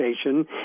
station